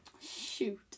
shoot